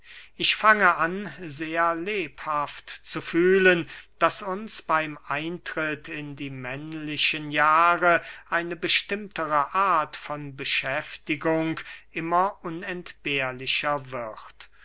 ich fange an sehr lebhaft zu fühlen daß uns beym eintritt in die männlichen jahre eine bestimmtere art von beschäftigung immer unentbehrlicher wird